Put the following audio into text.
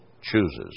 chooses